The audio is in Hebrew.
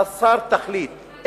חסר תכלית,